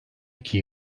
iki